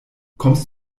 kommst